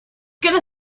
gonna